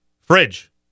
Fridge